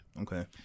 Okay